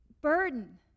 burden